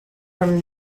from